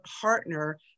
partner